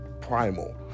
primal